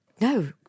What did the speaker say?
No